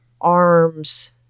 arms